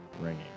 ringing